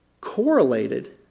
correlated